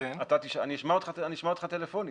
אני אשמע אותך טלפונית.